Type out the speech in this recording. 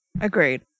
Agreed